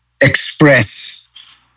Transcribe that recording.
express